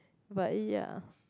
but ya